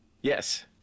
Yes